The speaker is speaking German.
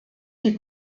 die